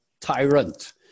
tyrant